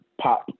pop